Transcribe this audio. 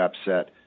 upset